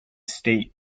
state